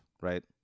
right